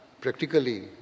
practically